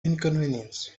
inconvenience